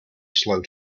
slow